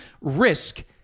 risk